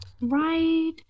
right